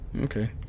Okay